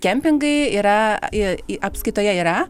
kempingai yra į į apskaitoje yra